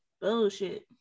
bullshit